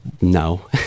no